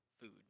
food